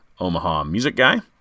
OmahaMusicGuy